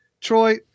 Troy